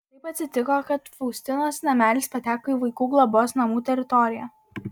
kaip atsitiko kad faustinos namelis pateko į vaikų globos namų teritoriją